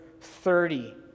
thirty